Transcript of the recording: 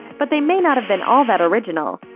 but they may not have been all that original.